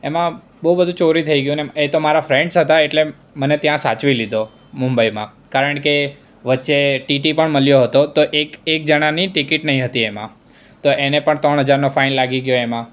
એમાં બહુ બધું ચોરી થઈ ગયું એ તો મારા ફ્રેન્ડ્સ હતાં એટલે મને ત્યાં સાચવી લીધો મુંબઈમાં કારણકે વચ્ચે ટીટી પણ મળ્યો હતો તો એક એક જણાની ટિકિટ નહીં હતી એમાં તો એને પણ ત્રણ હજારનો ફાઈન લાગી ગયો